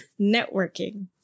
Networking